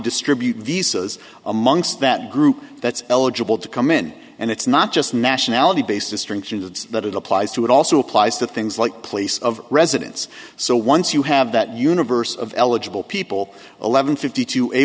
distribute visas amongst that group that's eligible to come in and it's not just nationality based distinctions it's that it applies to it also applies to things like place of residence so once you have that universe of eligible people eleven fifty two a